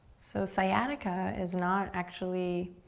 so sciatica is not actually,